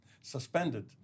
suspended